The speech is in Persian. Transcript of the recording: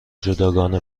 جداگانه